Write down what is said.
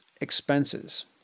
Expenses